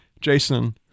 jason